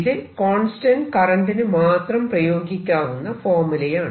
ഇത് കോൺസ്റ്റന്റ് കറന്റിന് മാത്രം പ്രയോഗിക്കാവുന്ന ഫോർമുലയാണ്